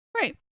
Right